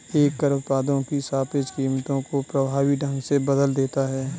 एक कर उत्पादों की सापेक्ष कीमतों को प्रभावी ढंग से बदल देता है